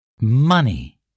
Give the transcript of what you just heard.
Money